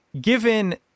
given